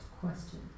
question